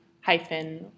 hyphen